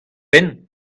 penn